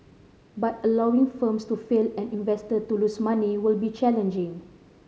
but allowing firms to fail and investor to lose money will be challenging